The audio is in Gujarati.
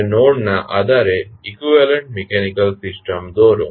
હવે નોડ ના આધારે ઇકવીવેલન્ટ મિકેનીકલ સિસ્ટમ દોરો